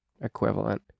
equivalent